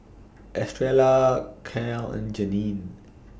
Estrella Cal and Janene